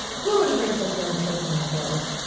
who would hurt such young children as those?